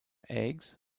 eggs